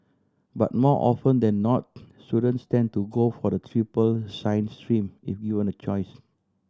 but more often than not students tend to go for the triple science stream if given a choice